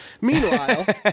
Meanwhile